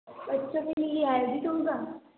बच्चो के लिए ये हैबिट होगा